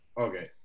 Okay